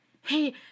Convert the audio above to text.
Hey